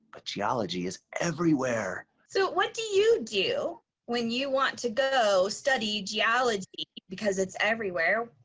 but geology is everywhere. so what do you do when you want to go study geology? because it's everywhere.